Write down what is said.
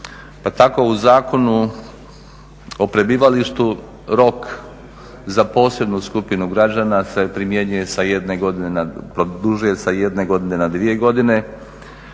Pa tako u Zakonu o prebivalištu rok za posebnu skupinu građana se produžuje sa jedne godine na dvije godine.